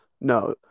no